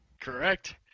Correct